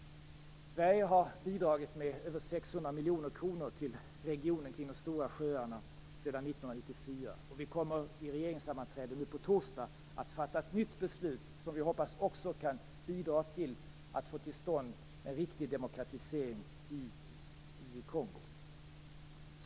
Sverige har bidragit med över 600 miljoner kronor till regionen kring de stora sjöarna sedan 1994. Vid regeringssammanträdet nu på torsdag kommer vi att fatta ett nytt beslut som vi också hoppas kan bidra till att få till stånd en riktig demokratisering i Kongo.